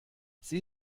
sie